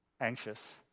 anxious